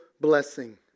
blessing